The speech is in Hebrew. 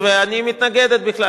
ואני מתנגדת בכלל,